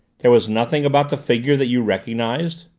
there was nothing about the figure that you recognized?